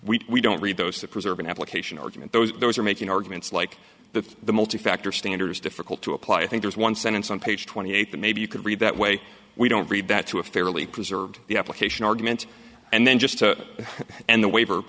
we don't read those to preserve an application argument those those are making arguments like the the multi factor standard is difficult to apply i think there's one sentence on page twenty eight that maybe you can read that way we don't read that to a fairly preserved the application argument and then just to and the waiver